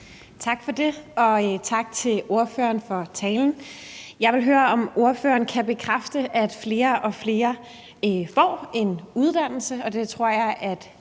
Tak for det. Og tak til ordføreren for talen. Jeg vil høre, om ordføreren kan bekræfte, at flere og flere får en uddannelse, og jeg tror, vi